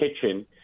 kitchen